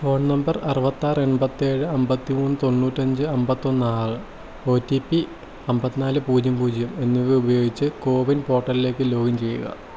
phone number അറുപത്താറ് എൺപത്തേഴ് അമ്പത്തിമൂന്ന് തൊണ്ണൂറ്റഞ്ച് അമ്പത്തൊന്ന് ആറ് ഒ ടി പി അമ്പത്തിനാല് പൂജ്യം പൂജ്യം എന്നിവ ഉപയോഗിച്ച് കോവിൻ പോർട്ടലിലേക്ക് ലോഗിൻ ചെയ്യുക